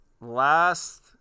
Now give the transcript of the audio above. Last